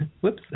Whoops